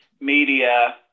media